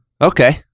Okay